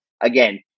Again